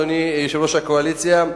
אדוני יושב-ראש הקואליציה,